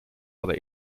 aber